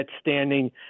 standing